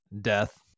death